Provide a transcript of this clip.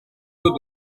todo